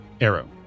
arrow